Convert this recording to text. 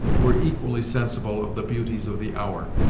were equally sensible of the beauties of the hour,